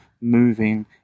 Moving